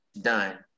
done